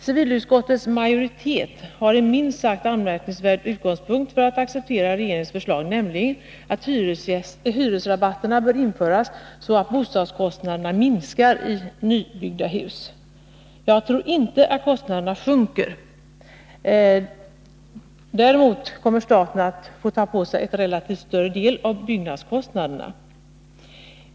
Civilutskottets majoritet har en minst sagt anmärkningsvärd utgångspunkt för att acceptera regeringens förslag, nämligen att hyresrabatter bör införas så att bostadskostnaderna minskar i nybyggda hus. Jag tror inte att kostnaderna sjunker. Däremot kommer staten att få ta på sig en relativt större del av byggnadskostnaderna.